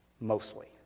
mostly